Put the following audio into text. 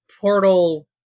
Portal